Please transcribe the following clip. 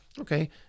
okay